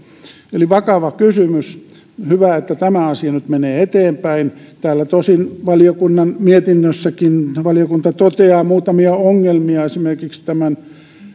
eli vakava kysymys on hyvä että tämä asia nyt menee eteenpäin täällä tosin valiokunnan mietinnössäkin valiokunta toteaa muutamia ongelmia esimerkiksi tämän